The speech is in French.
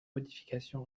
modification